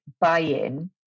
buy-in